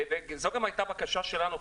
וזאת גם הייתה בקשה שלנו,